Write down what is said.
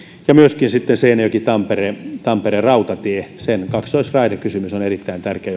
ja myöskin seinäjoki tampere rautatien kaksoisraidekysymys on erittäin tärkeä